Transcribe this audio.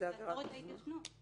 --- עבירות ההתיישנות.